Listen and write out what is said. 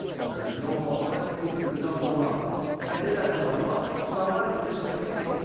but there's no multiple entries, there there's no no nothing, and i did that for one month, cause i wanted to just say, hey,